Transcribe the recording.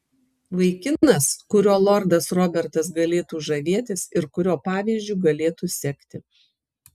vaikinas kuriuo lordas robertas galėtų žavėtis ir kurio pavyzdžiu galėtų sekti